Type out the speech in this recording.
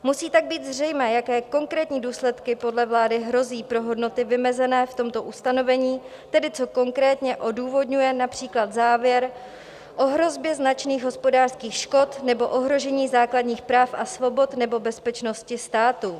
Musí tak být zřejmé, jaké konkrétní důsledky podle vlády hrozí pro hodnoty vymezené v tomto ustanovení, tedy co konkrétně odůvodňuje například závěr o hrozbě značných hospodářských škod nebo ohrožení základních práv a svobod nebo bezpečnosti státu.